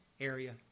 area